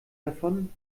davon